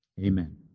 amen